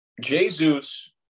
Jesus